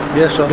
yes,